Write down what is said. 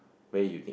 very unique